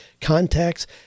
contacts